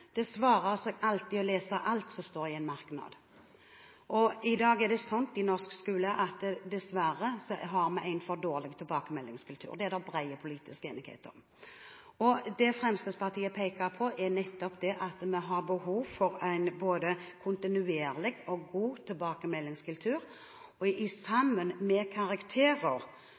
Det svarer seg alltid å lese alt som står i en merknad. Man har i dag dessverre en for dårlig tilbakemeldingskultur i den norske skolen. Det er det bred politisk enighet om. Det Fremskrittspartiet peker på, er nettopp at det er behov for en kontinuerlig og god tilbakemeldingskultur. Sammen med karakterer